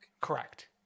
Correct